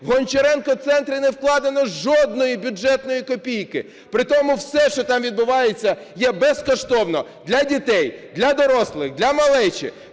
в "Гончаренко центри" не вкладено жодної бюджетної копійки, притому все, що там відбувається – є безкоштовним для дітей, для дорослих, для малечі.